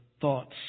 thoughts